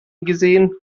gesehen